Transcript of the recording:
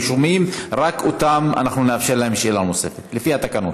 הם רשומים, ורק להם נאפשר שאלה נוספת לפי התקנון.